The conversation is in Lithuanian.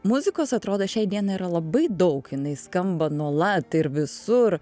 muzikos atrodo šiai dienai yra labai daug jinai skamba nuolat ir visur